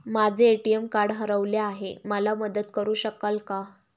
माझे ATM card हरवले आहे, मला मदत करु शकाल का?